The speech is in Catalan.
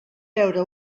veure